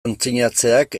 aitzinatzeak